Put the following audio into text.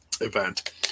event